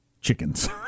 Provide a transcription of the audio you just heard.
chickens